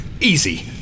Easy